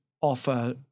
offer